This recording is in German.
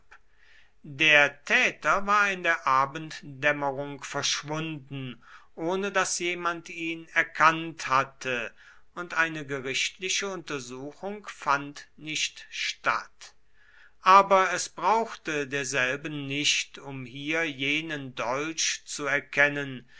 der täter war in der abenddämmerung verschwunden ohne daß jemand ihn erkannt hatte und eine gerichtliche untersuchung fand nicht statt aber es brauchte derselben nicht um hier jenen dolch zu erkennen